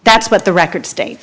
that's what the record states